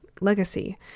legacy